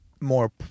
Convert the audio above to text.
more